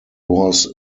was